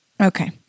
Okay